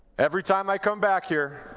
every time i come back here,